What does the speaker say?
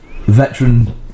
veteran